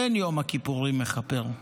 אין יום הכיפורים מכפר.